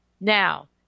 Now